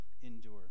Endure